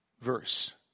verse